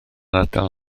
ardal